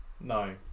no